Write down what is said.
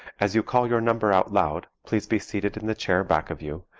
as you call your number out loud please be seated in the chair back of you,